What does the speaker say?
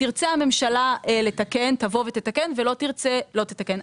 תרצה הממשלה לתקן תבוא ותתקן ולא תרצה לא תתקן.